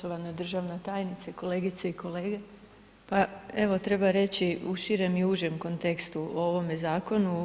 Uvažena državna tajnice, kolegice i kolege, pa evo treba reći u širem i užem kontekstu o ovome zakonu.